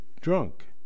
drunk